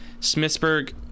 smithsburg